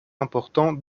importants